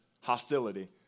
hostility